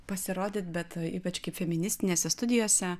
pasirodyti bet ypač kai feministinėse studijose